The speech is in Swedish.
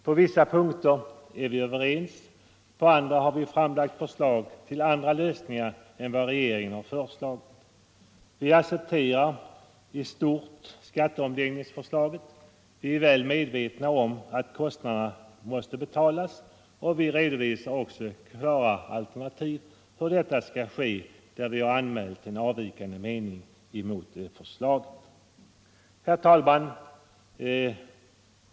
På vissa punkter är vi överens med de andra partierna, på andra punkter har vi framlagt förslag till andra lösningar än vad regeringen förordat. Vi accepterar i stort skatteomläggningsförslaget, vi är väl medvetna om att kostnaderna måste betalas, och vi redovisar klara alternativ för hur detta skall ske när vi har anmält en avvikande mening. Herr talman!